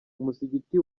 umusigiti